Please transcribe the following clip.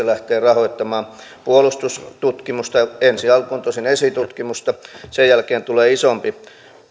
lähtee rahoittamaan puolustustutkimusta ensi alkuun tosin esitutkimusta sen jälkeen tulee isompi